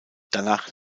danach